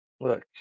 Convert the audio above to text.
Look